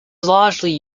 largely